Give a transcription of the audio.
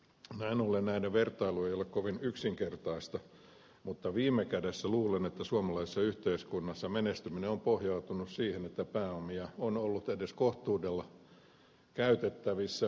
näin ollen näiden vertailu ei ole kovin yksinkertaista mutta viime kädessä luulen että suomalaisessa yhteiskunnassa menestyminen on pohjautunut siihen että pääomia on ollut edes kohtuudella käytettävissä